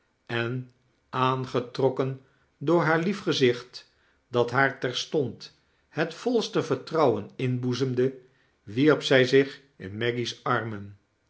en aangetrokken door haar lief gezicht dat haar terstond het volste vertrouwen inboezemde wierp zij zich in meggie's annen